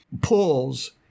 pulls